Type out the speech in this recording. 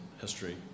history